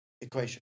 Equation